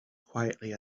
quietly